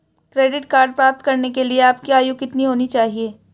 Credit card प्राप्त करने के लिए आपकी आयु कितनी होनी चाहिए?